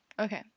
Okay